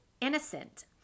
innocent